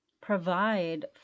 provide